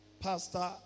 pastor